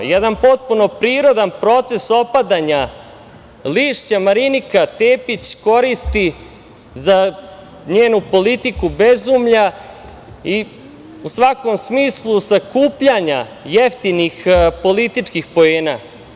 Jedan potpuno prirodan proces opadanja lišća Marinika Tepić koristi za njenu politiku bezumlja i svakom smislu sakupljanja jeftinih političkih poena.